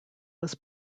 was